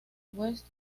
west